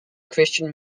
christian